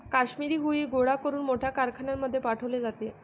काश्मिरी हुई गोळा करून मोठ्या कारखान्यांमध्ये पाठवले जाते